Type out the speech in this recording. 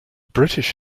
british